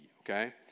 okay